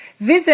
Visit